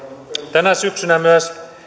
tänä syksynä myös